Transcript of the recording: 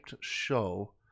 show